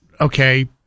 okay